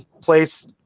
place